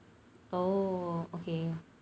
oh okay